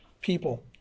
people